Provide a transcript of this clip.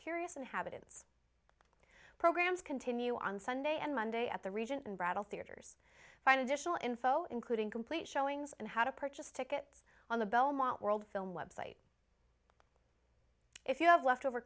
curious inhabitants programs continue on sunday and monday at the regent and battle theaters find additional info including complete showings and how to purchase tickets on the belmont world film website if you have leftover